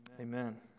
Amen